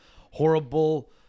horrible